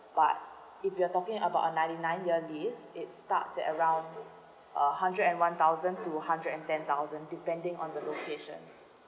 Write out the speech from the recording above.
but if you're talking about a ninety nine year lease it starts at around uh hundred and one thousand to hundred and ten thousand depending on the location